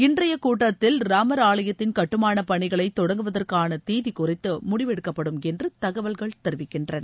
இன்றையக் கூட்டத்தில் ராமர் ஆலயத்தின் கட்டுமானபணிகளைதொடங்குவதற்கானதேதிகுறித்து முடிவெடுக்கப்படும் என்றுதகவல்கள் தெரவிக்கின்றன